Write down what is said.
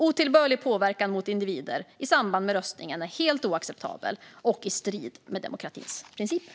Otillbörlig påverkan mot individer i samband med röstningen är helt oacceptabel och i strid med demokratins principer.